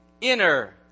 inner